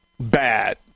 bad